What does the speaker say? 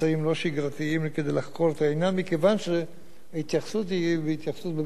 מכיוון שההתייחסות היא התייחסות באמת כאל אירועים פליליים לכל דבר.